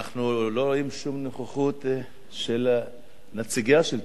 אנחנו לא רואים שום נוכחות של נציגי השלטון המקומי.